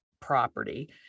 property